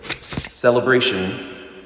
celebration